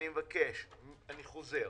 אני חוזר